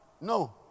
no